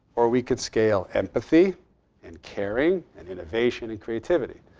or we could scale empathy and caring, and innovation and creativity.